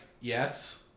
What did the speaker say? yes